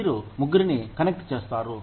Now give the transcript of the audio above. మీరు ముగ్గురిని కనెక్ట్ చేస్తారు